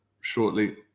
shortly